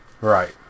Right